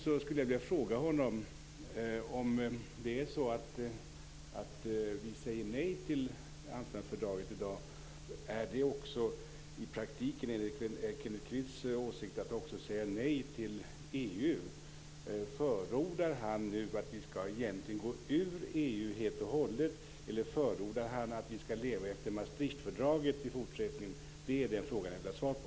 Jag skulle vilja ställa en fråga till Kenneth Kvist: Om vi säger nej till Amsterdamfördraget i dag, är det enligt Kenneth Kvists åsikt i praktiken att också säga nej till EU? Förordar han nu att vi egentligen skall gå ur EU helt och hållet, eller förordar han att vi skall leva efter Maastrichtfördraget i fortsättningen? Det är frågan jag vill ha svar på.